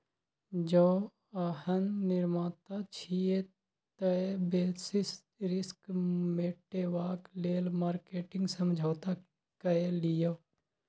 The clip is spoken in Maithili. जौं अहाँ निर्माता छी तए बेसिस रिस्क मेटेबाक लेल मार्केटिंग समझौता कए लियौ